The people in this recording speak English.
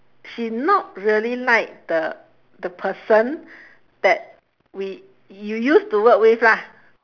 she not really like the the person that we you used to work with lah